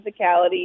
physicality